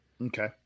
Okay